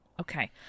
Okay